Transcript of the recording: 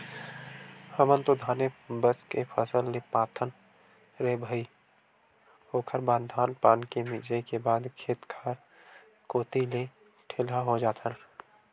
हमन तो धाने बस के फसल ले पाथन रे भई ओखर बाद धान पान के मिंजई के बाद खेत खार कोती ले तो ठेलहा हो जाथन